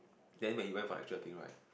then when he went for actual thing right